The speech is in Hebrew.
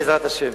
בעזרת השם.